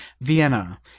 Vienna